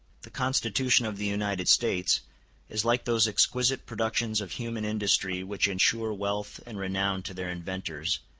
the constitution of the united states is like those exquisite productions of human industry which ensure wealth and renown to their inventors,